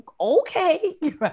Okay